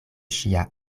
ŝia